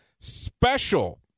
special